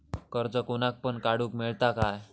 कर्ज कोणाक पण काडूक मेलता काय?